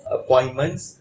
appointments